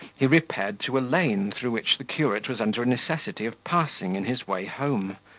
he repaired to a lane through which the curate was under a necessity of passing in his way home.